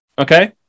okay